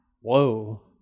Whoa